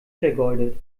vergeudet